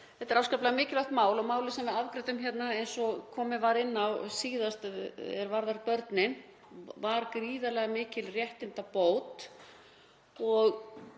þetta er afskaplega mikilvægt mál og málið sem við afgreiddum hérna, eins og komið var inn á síðast, er varðar börnin var gríðarlega mikil réttindabót.